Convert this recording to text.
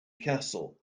castle